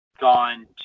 gone